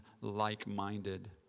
like-minded